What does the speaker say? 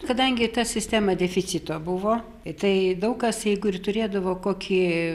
kadangi ta sistema deficito buvo tai daug kas jeigu ir turėdavo kokį